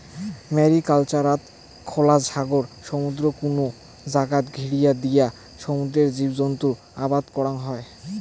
ম্যারিকালচারত খোলা সাগর, সমুদ্রর কুনো জাগাত ঘিরিয়া দিয়া সমুদ্রর জীবজন্তু আবাদ করাং হই